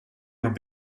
would